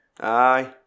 Aye